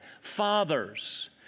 Fathers